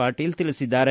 ಪಾಟೀಲ ತಿಳಿಸಿದ್ದಾರೆ